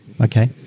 Okay